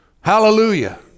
Hallelujah